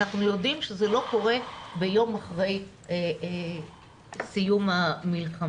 אנחנו יודעים שזה לא קורה יום אחרי סיום המלחמה.